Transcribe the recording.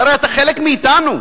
הרי אתה חלק מאתנו,